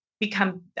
become